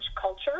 culture